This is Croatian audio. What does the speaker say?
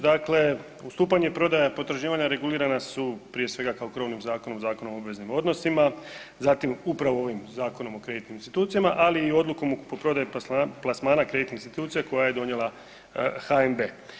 Dakle, ustupanje i prodaja potraživanja regulirana su prije svega kao krovnim zakonom, Zakonom o obveznim odnosima, zatim upravo ovim Zakonom o kreditnim institucijama, ali i odlukom o kupoprodaji plasmana kreditnih institucija koje je donijela HNB.